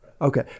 Okay